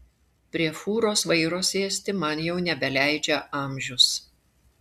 prie fūros vairo sėsti man jau nebeleidžia amžius